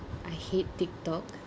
I hate TikTok